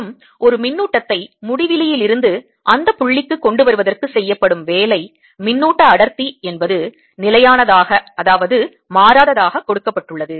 மற்றும் ஒரு மின்னூட்டத்தை முடிவிலியிலிருந்து அந்த புள்ளிக்கு கொண்டு வருவதற்கு செய்யப்படும் வேலை மின்னூட்ட அடர்த்தி என்பது நிலையானதாக அதாவது மாறாததாக கொடுக்கப்பட்டுள்ளது